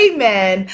Amen